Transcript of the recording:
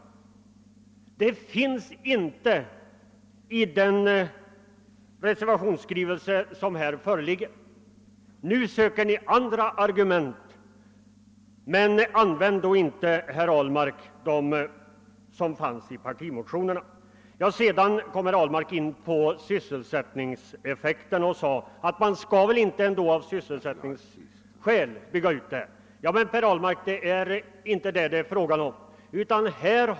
Det finns ingenting om det i den reservation som här föreligger. Nu anför Ni andra argument. Men använd då inte, herr Ahlmark, dem som framförs i partimotionerna! : Vidare kom herr Ahlmark in på sysselsättningseffekten och sade att man väl inte av sysselsättningsskäl skall bygga ut. Men, herr Ahlmark, det är inte det som det är fråga om.